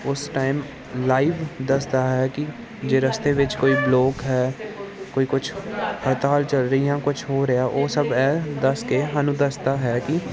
ਉਸ time live ਦੱਸਦਾ ਹੈ ਕਿ ਜੇ ਰਸਤੇ ਵਿੱਚ ਕੋਈ ਬਲੋਕ ਹੈ ਕੋਈ ਕੁਛ ਹੜਤਾਲ ਚੱਲ ਰਹੀਆਂ ਕੁਛ ਹੋ ਰਿਹਾ ਉਹ ਸਭ ਇਹ ਦੱਸ ਕੇ ਸਾਨੂੰ ਦੱਸਦਾ ਹੈ ਕਿ